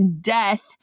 death